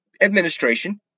administration